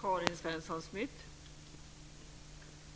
Fru talman!